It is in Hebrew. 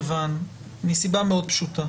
מסיבה מאוד פשוטה: